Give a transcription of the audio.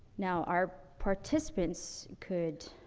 now our participants could,